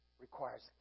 requires